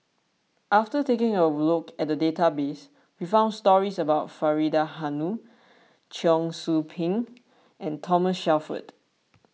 after taking a look at the database we found stories about Faridah Hanum Cheong Soo Pieng and Thomas Shelford